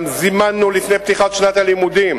גם זימנו לפני פתיחת שנת הלימודים